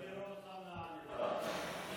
מהעניבה.